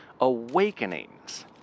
Awakenings